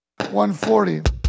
140